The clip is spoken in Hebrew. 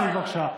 בבקשה.